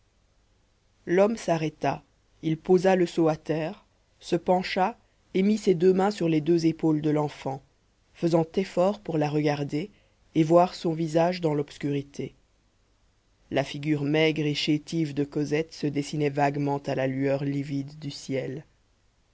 l'homme s'arrêta il posa le seau à terre se pencha et mit ses deux mains sur les deux épaules de l'enfant faisant effort pour la regarder et voir son visage dans l'obscurité la figure maigre et chétive de cosette se dessinait vaguement à la lueur livide du ciel